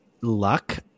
luck